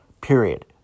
period